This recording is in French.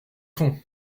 fond